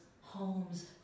homes